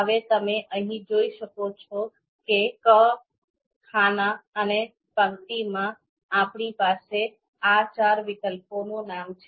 હવે તમે અહીં જોઈ શકો છો કે ક ખાના અને પંક્તિઓમાં આપણી પાસે આ ચાર વિકલ્પોનું નામ છે